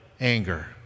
anger